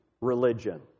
religion